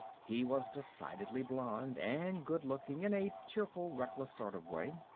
he was decidedly blond, and good looking in a cheerful, reckless sort of way.